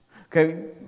Okay